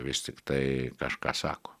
vis tiktai kažką sako